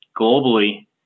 globally